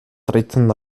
dritten